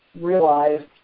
Realized